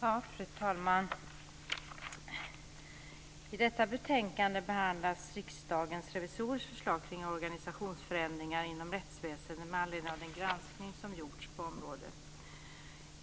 Fru talman! I detta betänkande behandlas Riksdagens revisorers förslag kring organisationsförändringar inom rättsväsendet med anledning av den granskning som gjorts på området.